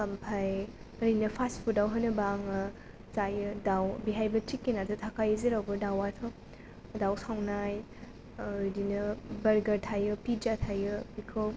ओमफ्राय ओरैनो फास्टफुदाव होनोबा आङो जायो दाउ बेहायबो चिकेनाथ' थाखायो जेरावबो दावआथ' दाउ सावनाय ओ इदिनो बार्गार थायो पिज्जा थायो बेखौ